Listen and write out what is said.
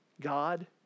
God